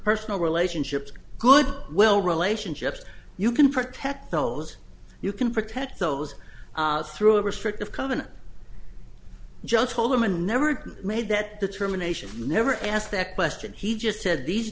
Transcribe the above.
personal relationships good will relationships you can protect those you can protect those through a restrictive coven just told them and never made that determination never asked that question he just said these